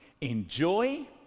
Enjoy